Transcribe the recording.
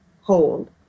hold